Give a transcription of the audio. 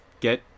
Get